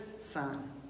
son